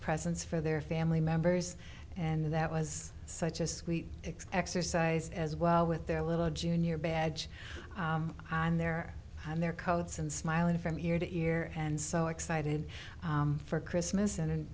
presents for their family members and that was such a sweet x x or sized as well with their little junior badge on their on their coats and smiling from ear to ear and so excited for christmas and